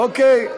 אוקיי.